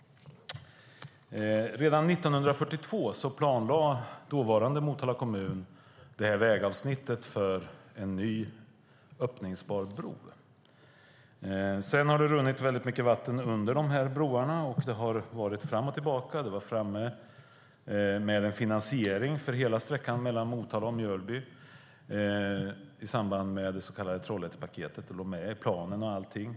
Redan 1942 planlade dåvarande Motala kommun vägavsnittet för en ny öppningsbar bro. Sedan har det runnit mycket vatten under dessa broar, och det har varit fram och tillbaka. Man var framme med en finansiering av hela sträckan mellan Motala och Mjölby i samband med det så kallade Trollhättepaketet. Det fanns med i planen och allting.